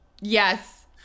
Yes